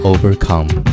Overcome